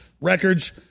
records